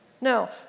No